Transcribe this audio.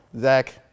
Zach